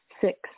Six